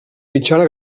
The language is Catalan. mitjana